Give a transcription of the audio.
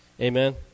Amen